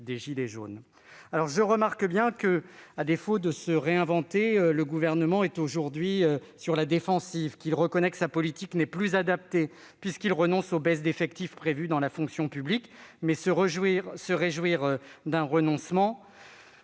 des « gilets jaunes ». Je remarque que, à défaut de se réinventer, le Gouvernement est aujourd'hui sur la défensive. Il reconnaît que sa politique n'est plus adaptée, puisqu'il renonce aux baisses d'effectifs prévues dans la fonction publique. Je me réjouis de ce renoncement,